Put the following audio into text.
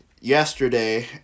yesterday